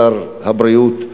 שר הבריאות,